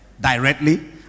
directly